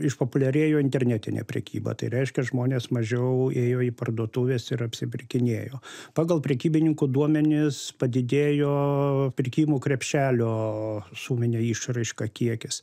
išpopuliarėjo internetinė prekyba tai reiškia žmonės mažiau ėjo į parduotuves ir apsipirkinėjo pagal prekybininkų duomenis padidėjo pirkimo krepšelio suminė išraiška kiekis